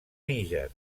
níger